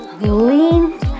Lean